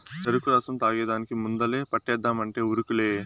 చెరుకు రసం తాగేదానికి ముందలే పంటేద్దామంటే ఉరుకులే